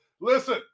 listen